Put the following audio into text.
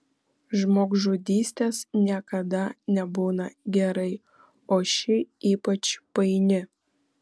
žmogžudystės niekada nebūna gerai o ši ypač paini